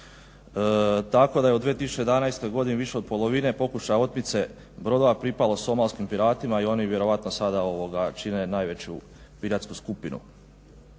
Tako da je u 2011. godini više od polovine pokušaja otmice brodova pripalo somalskim piratima i oni vjerojatno sada čine najveću piratsku skupinu.